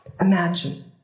Imagine